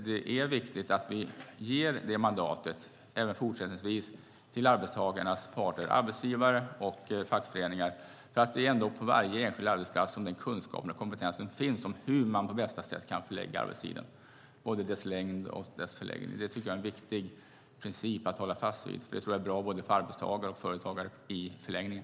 Det är viktigt att vi även fortsättningsvis ger det mandatet till arbetstagarnas parter, arbetsgivare och fackföreningar, för det är ändå på varje enskild arbetsplats som kunskapen och kompetensen finns om hur man på bästa sätt kan planera arbetstidens längd och förläggning. Det tycker jag är en viktig princip att hålla fast vid. Det är bra för både arbetstagare och företagare i förlängningen.